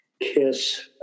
kiss